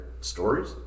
stories